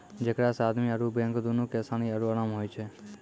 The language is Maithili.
जेकरा से आदमी आरु बैंक दुनू के असानी आरु अराम होय छै